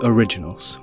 Originals